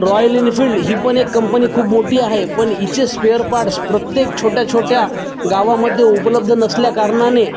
royal Enfield ही पण एक कंपनी खूप मोठी आहे पण हिचे स्पेअर पार्ट्स प्रत्येक छोट्या छोट्या गावामध्ये उपलब्ध नसल्याकारणाने